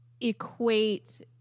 equate